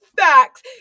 Facts